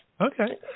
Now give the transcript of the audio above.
Okay